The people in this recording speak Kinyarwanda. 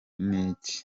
n’iki